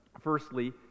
firstly